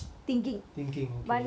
thinking okay